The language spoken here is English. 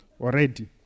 already